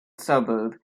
suburb